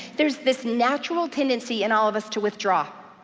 there's this natural tendency in all of us to withdraw.